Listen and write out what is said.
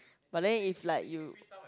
but then if like you